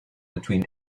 between